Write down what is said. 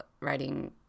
writing